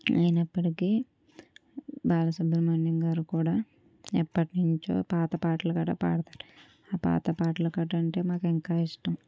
అయినప్పటికీ బాలసుబ్రమణ్యం గారు కూడా ఎప్పటి నుంచో పాతపాటలు కూడా పాడతారు ఆ పాతపాటలు కూడా అంటే మాకు ఇంకా ఇష్టం